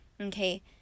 Okay